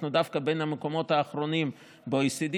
אנחנו דווקא בין המקומות האחרונים ב-OECD